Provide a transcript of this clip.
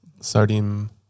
Sodium